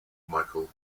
michael